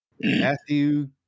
Matthew